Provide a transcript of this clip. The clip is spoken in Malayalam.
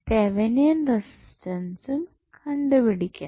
തെവനിയൻ റെസിസ്റ്റൻസും കണ്ടു പിടിക്കണം